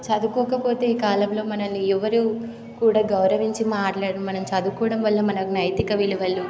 చదువుకోకపోతే ఈ కాలంలో మనల్ని ఎవరూ కూడా గౌరవించి మాట్లాడరు మనం చదువుకోవడం వల్ల మనకు నైతిక విలువలు